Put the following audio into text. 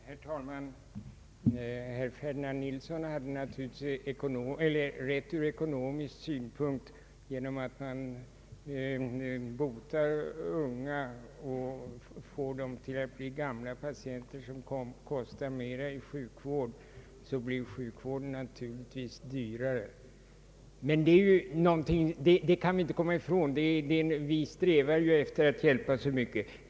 Herr talman! Herr Ferdinand Nilsson hade naturligtvis rätt ur ekonomisk synpunkt. Genom att man botar unga och får dem att bli gamla patienter som kommer att kosta mera i sjukvård, så blir sjukvården naturligtvis dyrare. Men det kan vi ju inte komma ifrån. Vi strävar ju efter att hjälpa så mycket som möjligt.